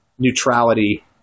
neutrality